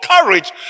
courage